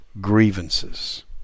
grievances